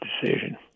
decision